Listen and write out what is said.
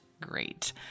great